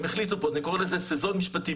קוראים לזה סזון משפטי,